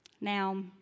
Now